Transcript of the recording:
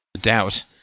doubt